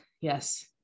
Yes